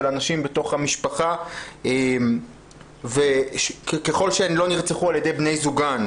הנשים בתוך המשפחה ושככל שהן לא נרצחו על ידי זוגן,